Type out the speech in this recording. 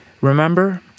Remember